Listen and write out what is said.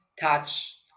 touch